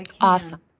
awesome